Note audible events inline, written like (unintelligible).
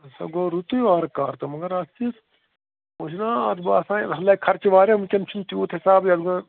اَسا گوٚو رُتُے وارٕ کارٕ تہٕ مگر اَکھ چیٖز وۄنۍ چھُ نَہ اَتھ باسان یَتھ لَگہِ خَرچہِ واریاہ وٕنۍکٮ۪ن چھِنہٕ تیوٗت حِساب (unintelligible)